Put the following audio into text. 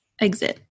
Exit